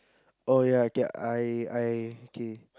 oh ya I get I I okay